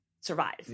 survive